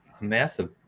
massive